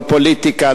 לא פוליטיקה,